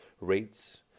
rates